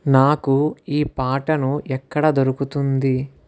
నాకు ఈ పాటను ఎక్కడ దొరుకుతుంది